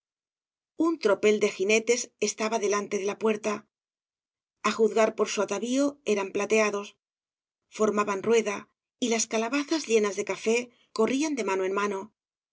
un tropel de jinetes estaba delante de la puerta a juzgar por su atavío eran plateados formaban rueda y las calabazas llenas de café corrían de mano en mano